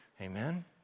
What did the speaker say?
Amen